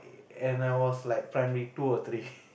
and I was like primary two or three